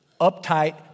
uptight